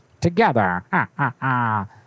together